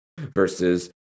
versus